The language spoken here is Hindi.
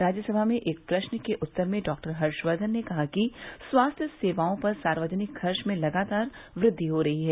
राज्यसभा में एक प्रश्न के उत्तर में डॉक्टर हर्षवर्धन ने कहा कि स्वास्थ्य सेवाओं पर सार्वजनिक खर्च में लगातार वृद्दि हो रही है